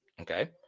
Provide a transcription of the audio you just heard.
okay